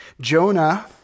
Jonah